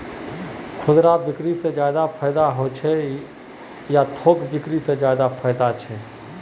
खुदरा बिक्री से ज्यादा फायदा होचे या थोक बिक्री से ज्यादा फायदा छे?